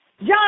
John